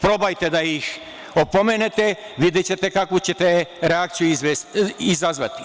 Probajte da ih opomenete, videćete kakvu će te reakciju izazvati.